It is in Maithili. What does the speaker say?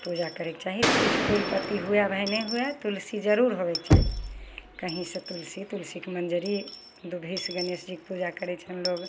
पूजा करयके चाही कुछ फूल पत्ती हुवए भाय नहि हुवए तुलसी जरूर हुवैके चाही कहीसँ तुलसी तुलसीके मञ्जरी दुभिसँ गणेश जीके पूजा करय छनि लोग